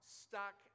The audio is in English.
stuck